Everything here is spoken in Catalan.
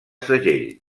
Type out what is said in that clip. segell